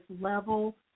level